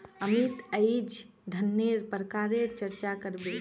अमित अईज धनन्नेर प्रकारेर चर्चा कर बे